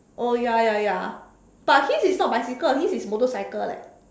oh ya ya ya but his is not bicycle his is motorcycle leh